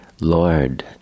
Lord